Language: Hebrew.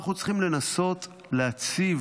אנחנו צריכים לנסות להציב